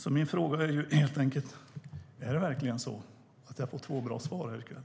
Min fråga är helt enkelt: Är det verkligen så att jag får två bra svar här i kväll?